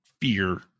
fear